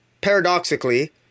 paradoxically